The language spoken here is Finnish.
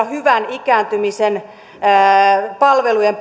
hyvän ikääntymisen palvelujen